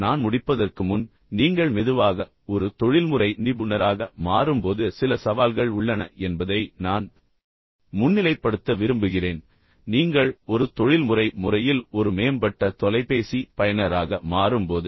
இப்போது நான் முடிப்பதற்கு முன் நீங்கள் மெதுவாக ஒரு தொழில்முறை நிபுணராக மாறும்போது சில சவால்கள் உள்ளன என்பதை நான் முன்னிலைப்படுத்த விரும்புகிறேன் நீங்கள் ஒரு தொழில்முறை முறையில் ஒரு மேம்பட்ட தொலைபேசி பயனராக மாறும்போது